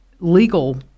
legal